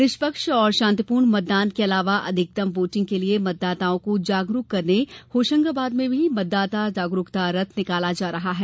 निष्पक्ष और शांतिपूर्ण मतदान के अलावा अधिकतम वोटिंग के लिए मतदाताओं को जागरूक करने होशंगाबाद जिले में भी मतदाता जागरूकता रथ निकाला जा रहा है